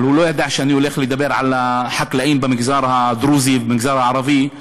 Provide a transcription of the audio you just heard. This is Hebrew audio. אבל הוא לא ידע שאני הולך לדבר על החקלאים במגזר הדרוזי ובמגזר הערבי.